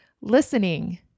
listening